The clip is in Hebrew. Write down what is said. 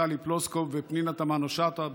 טלי פלוסקוב ופנינה תמנו-שטה.